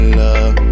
love